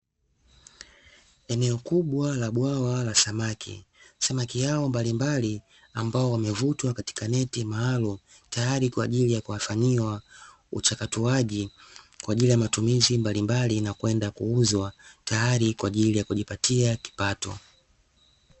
Eneo kubwa la bwawa la samaki. Samaki hawa mbalimbali ambao wamevutwa katika neti maalumu, tayari kwa ajili ya kuwafanyia uchakatuaji kwa ajili ya matumizi mbalimbali, na kwenda kuuzwa tayari kwa ajili ya kujipatia kipato.